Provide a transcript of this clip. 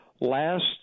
last